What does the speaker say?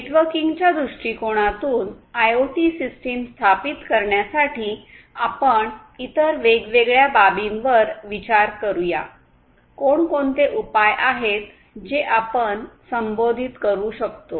नेटवर्किंगच्या दृष्टिकोनातून IoT system स्थापित करण्यासाठी आपण इतर वेगवेगळ्या बाबींवर विचार करूया कोण कोणते उपाय आहेत जे आपण संबोधित करू शकतो